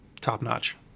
top-notch